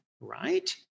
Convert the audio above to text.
right